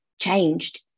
changed